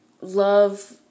love